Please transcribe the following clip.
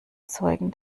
zeugen